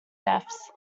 deaths